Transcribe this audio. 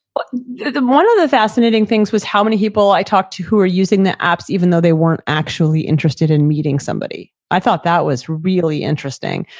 but yeah one of the fascinating things was how many people i talked to who were using the apps even though they weren't actually interested in meeting somebody. i thought that was really interesting.